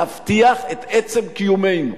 להבטיח את עצם קיומנו.